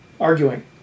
arguing